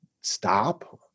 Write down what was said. stop